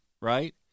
right